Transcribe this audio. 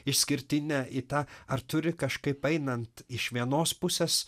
išskirtinę į tą ar turi kažkaip einant iš vienos pusės